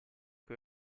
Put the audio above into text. che